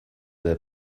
their